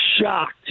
shocked